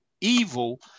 evil